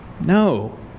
no